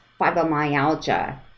fibromyalgia